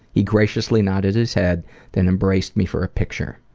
he graciously nodded his head then embraced me for a picture.